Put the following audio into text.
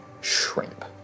shrimp